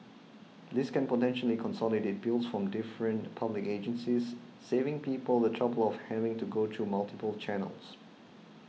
this can potentially consolidate bills from different public agencies saving people the trouble of having to go through multiple channels